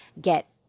get